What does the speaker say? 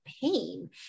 pain